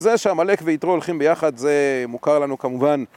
זה שעמלק ויתרו הולכים ביחד זה מוכר לנו כמובן